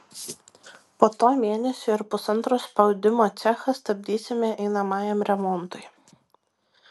po to mėnesiui ar pusantro spaudimo cechą stabdysime einamajam remontui